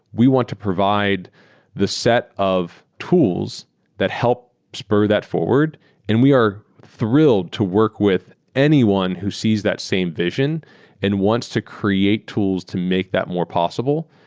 we want to provide the set of tools that help spur that forward and we are thrilled to work with anyone who sees that same vision and wants to create tools to make that more possible.